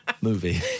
movie